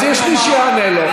אז יש מי שיענה לו.